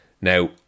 Now